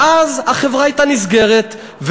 ואז החברה הייתה נסגרת,